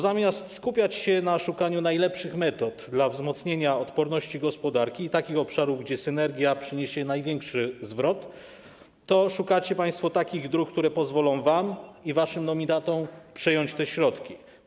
Zamiast skupiać się na szukaniu najlepszych metod dla wzmocnienia odporności gospodarki i takich obszarów, gdzie synergia przyniesie największy zwrot, szukacie państwo takich dróg, które pozwolą wam i waszym nominatom przejąć te środki.